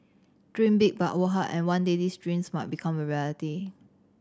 dream big but work hard and one day these dreams might become a reality